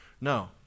No